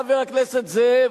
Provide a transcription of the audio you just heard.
חבר הכנסת זאב,